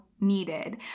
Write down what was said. needed